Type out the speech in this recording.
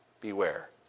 beware